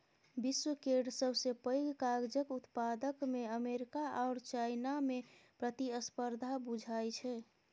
विश्व केर सबसे पैघ कागजक उत्पादकमे अमेरिका आओर चाइनामे प्रतिस्पर्धा बुझाइ छै